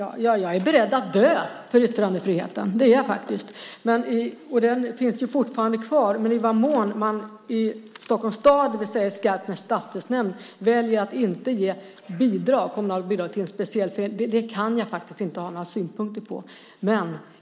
Fru talman! Jag är beredd att dö för yttrandefriheten - det är jag faktiskt. Den finns ju fortfarande kvar. Men i vad mån man i Stockholms stad, det vill säga i Skarpnäcks stadsdelsnämnd, väljer att inte ge kommunala bidrag till en speciell förening kan jag faktiskt inte ha några synpunkter på.